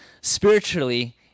Spiritually